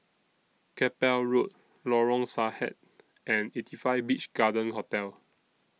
Keppel Road Lorong Sarhad and eighty five Beach Garden Hotel